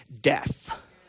death